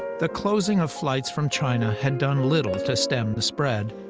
the closing of flights from china had done little to stem the spread.